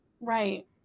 Right